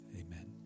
amen